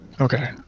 Okay